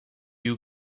you